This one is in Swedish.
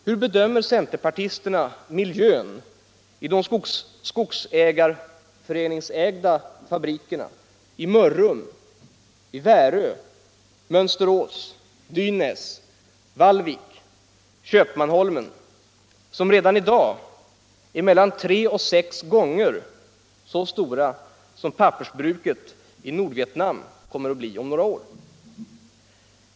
Hur bedömer centerpartisterna miljön i de skogsägarföreningsägda fabrikerna i Mörrum, Värö, Mönsterås, Dynäs, Vallvik och Köpmanholmen, som redan i dag är mellan tre och sex gånger så stora som pappersbruket i Nordvietnam kommer att bli om några år?